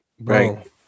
Right